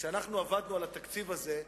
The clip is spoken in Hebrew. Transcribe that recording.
כשעבדנו על התקציב הזה,